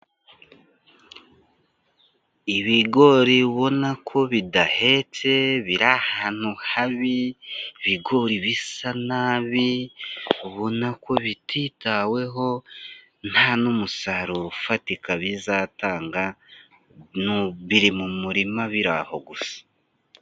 Ibigori ubona ko bidahetse, biri ahantu habi, ibigori bisa nabi, ubona ko bititaweho nta n'umusaruro ufatika bizatanga, biri mu murima biri aho gusa.